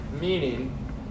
meaning